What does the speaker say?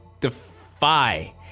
defy